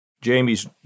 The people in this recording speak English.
Jamie's